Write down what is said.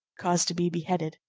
caused to be beheaded.